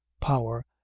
power